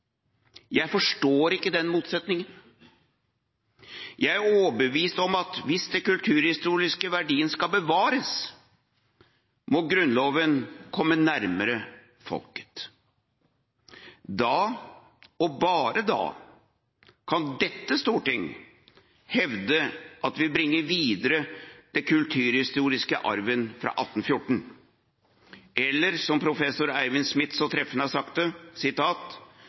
Jeg forstår ikke den motsetningen. Jeg er overbevist om at hvis den kulturhistoriske verdien skal bevares, må Grunnloven komme nærmere folket. Da, og bare da, kan dette storting hevde at vi bringer videre den kulturhistoriske arven fra 1814 – eller som professor Eivind Smith så treffende har sagt: Stortinget har til oppgave å fjerne det